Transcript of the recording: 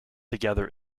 together